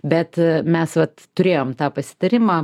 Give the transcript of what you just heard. bet mes vat turėjom tą pasitarimą